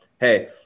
Hey